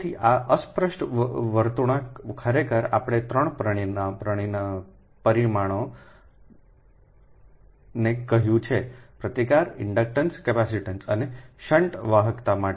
તેથી આ અસ્પષ્ટ વર્તણૂક ખરેખર આપણે ત્રણ પરિમાણોને કહ્યું છે પ્રતિકાર ઇન્ડક્ટન્સ કેપેસિટીન્સ અને શન્ટ વાહકતા માટે